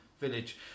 village